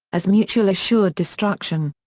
as mutual assured destruction.